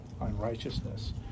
unrighteousness